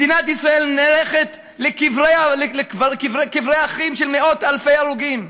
מדינת ישראל נערכת לקברי אחים של מאות-אלפי הרוגים.